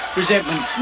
resentment